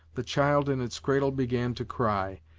the child in its cradle began to cry.